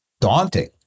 daunting